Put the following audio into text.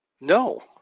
No